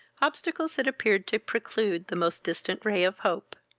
obstacles that appeared to preclude the most distant ray of hope.